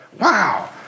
wow